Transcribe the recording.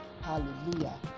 Hallelujah